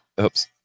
Oops